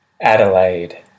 Adelaide